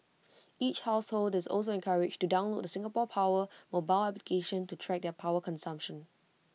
each household is also encouraged to download Singapore power mobile application to track their power consumption